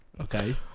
Okay